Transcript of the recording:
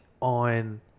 on